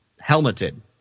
helmeted